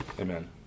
Amen